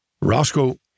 Roscoe